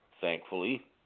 Thankfully